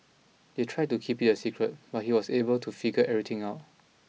they tried to keep it a secret but he was able to figure everything out